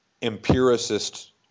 empiricist